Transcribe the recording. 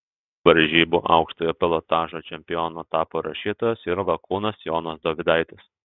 varžybų aukštojo pilotažo čempionu tapo rašytojas ir lakūnas jonas dovydaitis